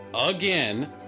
again